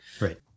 Right